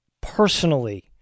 personally